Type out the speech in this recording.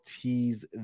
tease